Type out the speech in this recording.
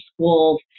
schools